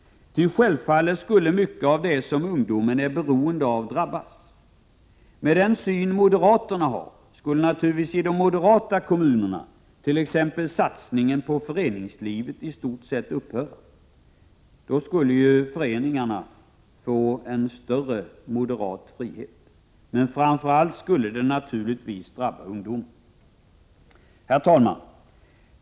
Självfallet skulle mycket av det som ungdomen är beroende av drabbas. Med den syn moderaterna har skulle detta naturligtvis innebära att i de moderata kommunerna t.ex. satsningen på föreningslivet i stort sett skulle upphöra — då skulle föreningarna få uppleva en större moderat frihet. Men framför allt skulle ungdomen drabbas. Herr talman!